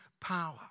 power